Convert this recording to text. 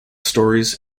stories